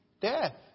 Death